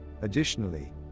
Additionally